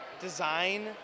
design